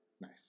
Nice